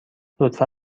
لطفا